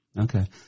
Okay